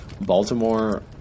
Baltimore